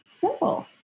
simple